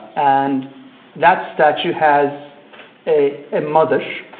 and that statue has a and mother